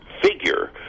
figure